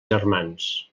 germans